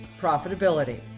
profitability